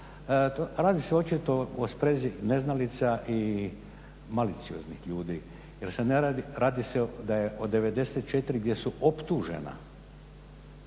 Radi se očito o sprezi neznalica i malicioznih ljudi jer se ne radi, radi se da je od 94 gdje su optužena